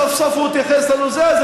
סוף-סוף הוא התייחס לנושא הזה,